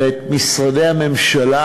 ואת משרדי הממשלה,